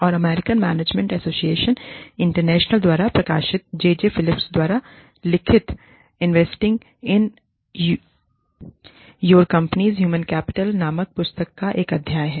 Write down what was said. और American management एसोसिएशनइंटरनेशनलद्वारा प्रकाशित जे जे फिलिप्स द्वारा लिखित investing in your companies human capital नामक पुस्तक का एक अध्याय है